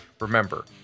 Remember